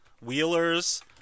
Wheelers